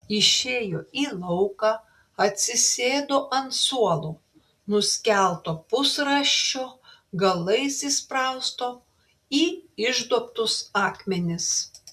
išėjo į lauką atsisėdo ant suolo nuskelto pusrąsčio galais įsprausto į išduobtus akmenis